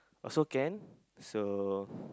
also can so